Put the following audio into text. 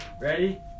Ready